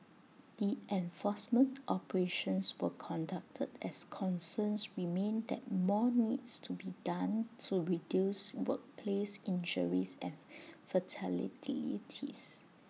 the enforcement operations were conducted as concerns remain that more needs to be done to reduce workplace injuries and